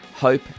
hope